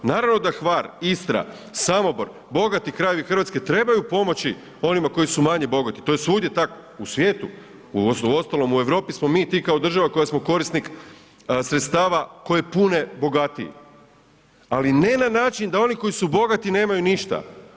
Naravno da Hvar, Istra, Samobor bogati krajevi Hrvatske trebaju pomoći onima koji su manje bogati, to je svugdje tako u svijetu, uostalom u Europi smo mi ti kao država koja smo korisnik sredstava koje pune bogatiji, ali ne na način da oni koji su bogati nemaju ništa.